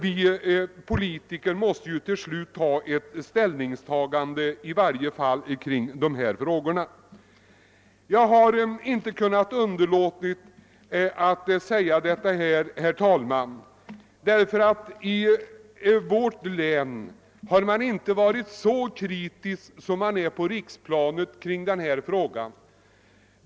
Vi politiker måste emellertid till slut ta ställning till frågorna. Jag har inte kunnat underlåta att säga detta, herr talman, eftersom man i vårt län inte har varit lika kritisk som man har varit på riksplanet.